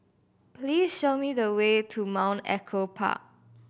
please show me the way to Mount Echo Park